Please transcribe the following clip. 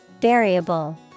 Variable